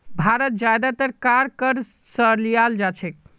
भारत ज्यादातर कार क़र्ज़ स लीयाल जा छेक